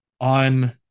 on